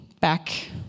back